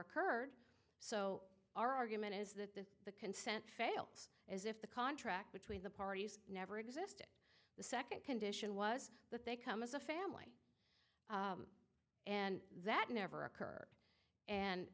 occurred so our argument is that the consent fails as if the contract between the parties never existed the second condition was that they come as a family and that never occurred and